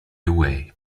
away